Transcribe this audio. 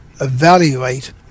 evaluate